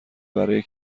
برای